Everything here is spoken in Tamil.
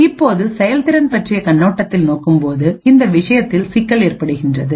இப்போதுசெயல்திறன் பற்றிய கண்ணோட்டத்தில் நோக்கும்போதுஇந்த விஷயத்தில் சிக்கல் ஏற்படுகின்றது